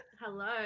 hello